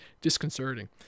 disconcerting